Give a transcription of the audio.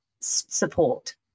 support